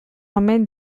omen